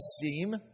seem